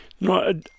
No